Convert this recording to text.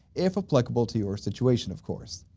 if applicable to your situation of course!